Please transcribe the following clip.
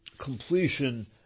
completion